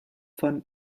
von